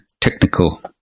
technical